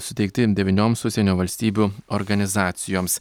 suteikti devynioms užsienio valstybių organizacijoms